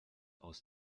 aus